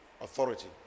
authority